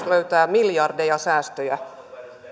löytää miljardien säästöjä